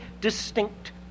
distinct